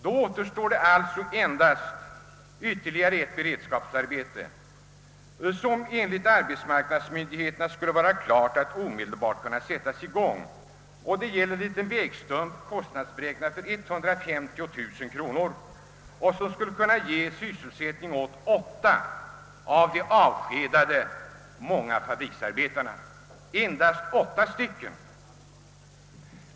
Då återstår endast ett ytterligare beredskapsarbete, som enligt arbetsmarknadsmyndigheterna skulle vara klart att omedelbart kunna sättas i gång, nämligen en liten vägstump, kostnadsberäknad till 150 000 kronor, som skulle kunna bereda sysselsättning åt åtta man av de avskedade många fabriksarbetarna.